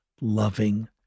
loving